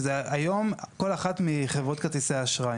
שזה היום כל אחת מחברות כרטיסי האשראי.